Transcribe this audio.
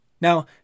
Now